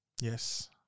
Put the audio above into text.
Yes